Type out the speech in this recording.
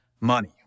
Money